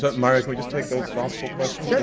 so, mario, can we just take those last four questions?